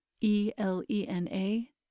E-L-E-N-A